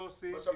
וטוב שלא עושים,